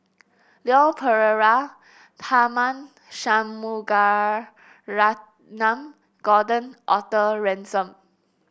Leon Perera Tharman Shanmugaratnam Gordon Arthur Ransome